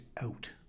out